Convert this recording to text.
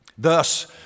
Thus